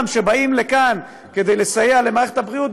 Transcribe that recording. שבאים לכאן כדי לסייע למערכת הבריאות,